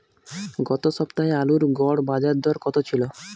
গত সপ্তাহে আলুর গড় বাজারদর কত ছিল?